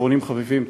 ואחרונים חביבים,